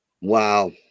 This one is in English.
Wow